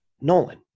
Nolan